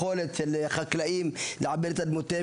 יש פה חוסר יכולת של חקלאים לעבד את אדמותיהם